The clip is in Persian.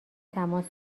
تماس